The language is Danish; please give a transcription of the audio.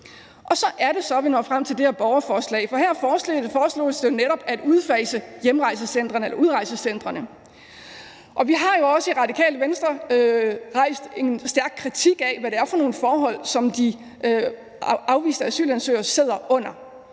Så er det så, vi når frem til det her borgerforslag, for her foreslås det netop at udfase udrejsecentrene, og vi har jo også i Radikale Venstre rejst en stærk kritik af, hvad det er for nogle forhold, som de afviste asylansøgere sidder under.